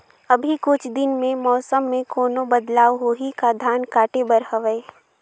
अभी कुछ दिन मे मौसम मे कोनो बदलाव होही का? धान काटे बर हवय?